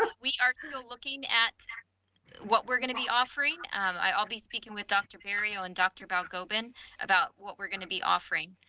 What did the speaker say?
ah we are looking at what we're gonna be offering. um i'll be speaking with dr. perio and dr. balgobin about what we're gonna be offering.